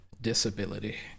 disability